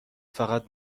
فقط